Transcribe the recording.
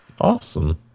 Awesome